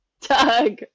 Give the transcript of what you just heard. Doug